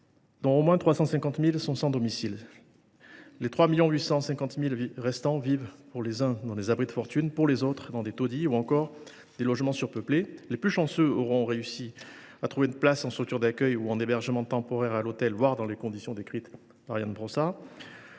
logés, dont 350 000 sont sans domicile. Les 3,85 millions de personnes restantes vivent, pour les unes, dans des abris de fortune, pour les autres, dans des taudis ou dans des logements surpeuplés. Les plus chanceux auront réussi à trouver une place en structure d’accueil ou en hébergement temporaire à l’hôtel, dans les conditions décrites par Ian Brossat.